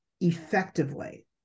effectively